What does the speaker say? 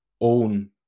own